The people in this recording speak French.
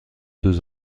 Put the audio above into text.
deux